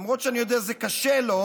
למרות שאני יודע שזה קשה לו,